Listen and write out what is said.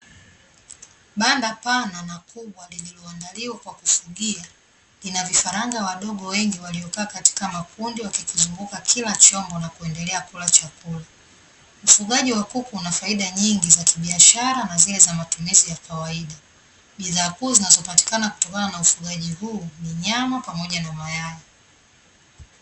Banda pana na kubwa lililoandaliwa kwa kufugia, ina vifaranga wadogo wengi waliokaa katika makundi, wakikizunguka kila chombo, na kuendelea kula chakula. Ufugaji wa kuku una faida nyingi za kibiashara na zile za matumizi ya kawaida. Bidhaa kuu zinazopatikana kutokana na ufugaji huu, ni nyama, pamoja na mayai.